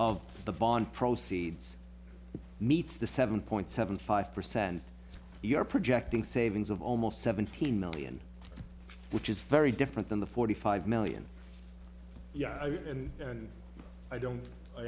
of the bond proceeds meets the seven point seven five percent you are projecting savings of almost seventeen million which is very different than the forty five million yeah and and i don't i